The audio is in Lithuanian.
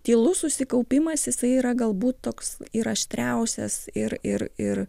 tylus susikaupimas jisai yra galbūt toks ir aštriausias ir ir ir